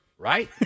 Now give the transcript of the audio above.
Right